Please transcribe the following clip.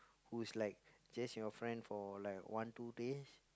who's like just your friend for one two days